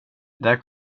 där